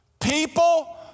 People